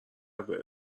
داره